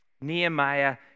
Nehemiah